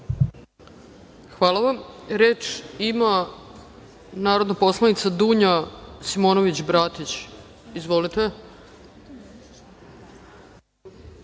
Hvala vam. Reč ima narodna poslanica Dunja Simonović Bratić. Izvolite.